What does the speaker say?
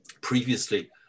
Previously